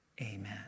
Amen